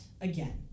again